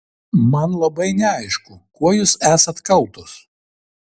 man labai neaišku kuo jūs esat kaltos